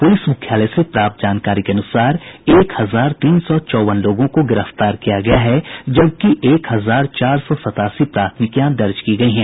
police मुख्यालय से प्राप्त जानकारी के अनुसार एक हजार तीन सौ चौंवन लोगों को गिरफ्तार किया गया है जबकि एक हजार चार सौ सतासी प्राथमिकियां दर्ज की गयी हैं